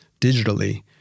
digitally